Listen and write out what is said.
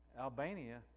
Albania